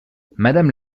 madame